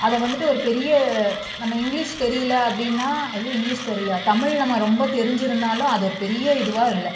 அத வந்துட்டு ஒரு பெரிய நம்ம இங்கிலீஷ் தெரியல அப்படின்னா ஐயோ இங்கிலீஷ் தெரியல தமிழ் நம்ம ரொம்ப தெரிஞ்சிருந்தாலும் அது ஒரு பெரிய இதுவாக இல்லை